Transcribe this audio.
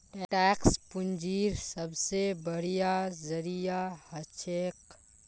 tax पूंजीर सबसे बढ़िया जरिया हछेक